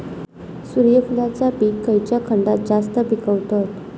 सूर्यफूलाचा पीक खयच्या खंडात जास्त पिकवतत?